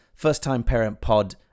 Firsttimeparentpod